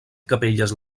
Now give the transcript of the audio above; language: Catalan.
capelles